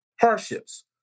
hardships